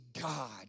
God